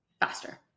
faster